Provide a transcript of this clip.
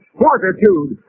fortitude